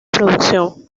producción